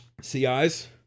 CIs